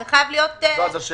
זה חייב להיות משותף.